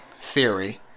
theory